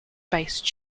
based